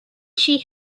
she